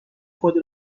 خود